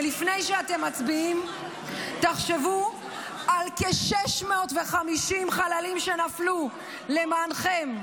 ולפני שאתם מצביעים תחשבו על כ-650 חללים שנפלו למענכם.